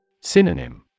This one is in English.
Synonym